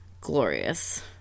glorious